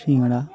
সিঙ্গাড়া